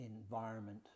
environment